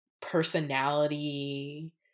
personality